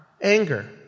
anger